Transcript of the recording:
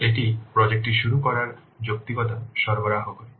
এটি প্রজেক্ট টি শুরু করার যৌক্তিকতা সরবরাহ করবে